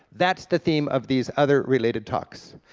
that's the theme of these other related talks.